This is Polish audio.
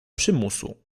przymusu